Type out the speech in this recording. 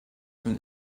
from